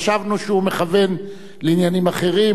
חשבנו שהוא מכוון לעניינים אחרים,